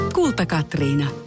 Kulta-Katriina